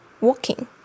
walking